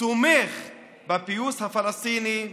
תומך בפיוס הפלסטיני,